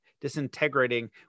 Disintegrating